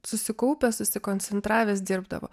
susikaupęs susikoncentravęs dirbdavo